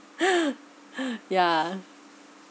yeah